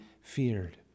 feared